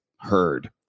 heard